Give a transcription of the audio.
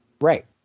Right